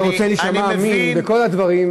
אם אתה רוצה להישמע אמין בכל הדברים,